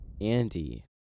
Andy